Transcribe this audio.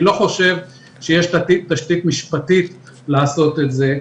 אני לא חושב שיש תשתית משפטית לעשות את זה,